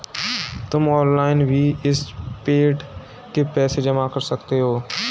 तुम ऑनलाइन भी इस बेड के पैसे जमा कर सकते हो